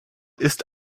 ist